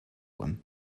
him